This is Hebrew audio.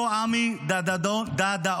אותו עמי דדאון,